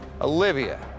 Olivia